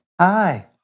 Hi